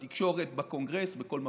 בתקשורת, בקונגרס, בכל מקום.